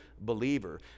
believer